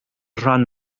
rhan